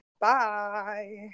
Bye